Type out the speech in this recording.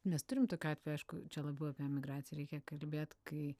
mes turim tokių atvejų aišku čia labiau apie emigraciją reikia kalbėt kai